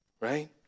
Right